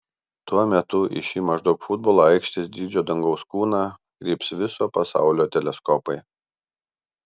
tuo metu į šį maždaug futbolo aikštės dydžio dangaus kūną kryps viso pasaulio teleskopai